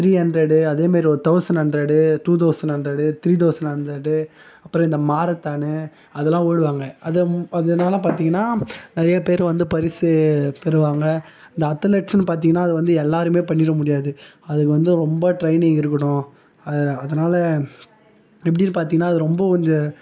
three hundred அதே மாரி ஒரு thousand hundred two thousand hundred three thousand hundred அப்புறம் இந்த மாரத்தானு அதெல்லாம் ஓடுவாங்கள் அது அதனால் பார்த்தீங்கன்னா நிறைய பேரு வந்து பரிசு பெறுவாங்கள் இந்த அத்லெட்ஸ்ன்னு பார்த்தீங்கன்னா அது வந்து எல்லாருமே பண்ணிட முடியாது அதுக்கு வந்து ரொம்ப ட்ரைனிங் இருக்கணும் அது அதனால் எப்படின்னு பார்த்தீங்கனா அது ரொம்ப கொஞ்சம்